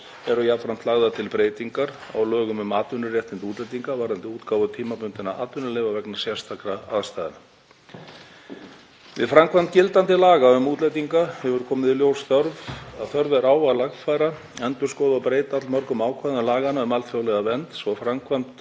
eru jafnframt lagðar til breytingar á lögum um atvinnuréttindi útlendinga varðandi útgáfu tímabundinna atvinnuleyfa vegna sérstakra aðstæðna. Við framkvæmd gildandi laga um útlendinga hefur komið í ljós að þörf er á að lagfæra, endurskoða og breyta allmörgum ákvæðum laganna um alþjóðlega vernd, svo framkvæmd